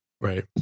Right